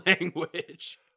language